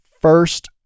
first